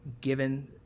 given